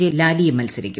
ജെില്ലാലിയും മത്സരിക്കും